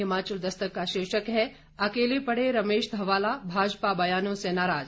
हिमाचल दस्तक का शीर्षक है अकेले पड़े रमेश धवाला भाजपा ब्यानों से नाराज